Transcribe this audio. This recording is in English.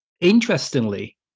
Interestingly